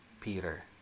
Peter